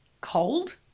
cold